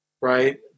right